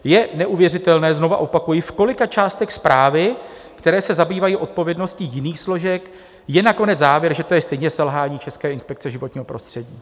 Je neuvěřitelné znova opakuji v kolika částech zprávy, které se zabývají odpovědnostní jiných složek, je nakonec závěr, že to je stejně selhání České inspekce životního prostředí.